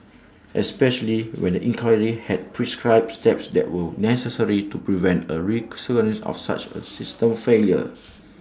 especially when the inquiry had prescribed steps that were necessary to prevent A recurrence of such A system failure